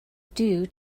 due